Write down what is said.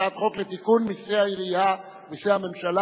הצעת חוק לתיקון פקודת מסי העירייה ומסי הממשלה